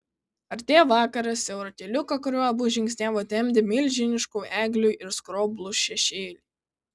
artėjo vakaras siaurą keliuką kuriuo abu žingsniavo temdė milžiniškų eglių ir skroblų šešėliai